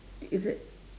is it